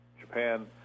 Japan